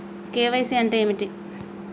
KYC అంటే ఏమిటి?